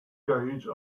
gauge